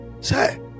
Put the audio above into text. say